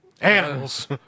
Animals